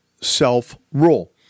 self-rule